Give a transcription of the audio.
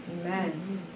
amen